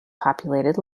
populated